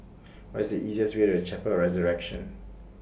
What IS The easiest Way to Chapel of The Resurrection